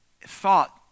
thought